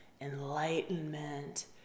enlightenment